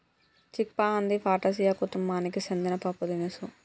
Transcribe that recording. చిక్ పా అంది ఫాటాసియా కుతుంబానికి సెందిన పప్పుదినుసు